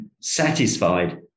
satisfied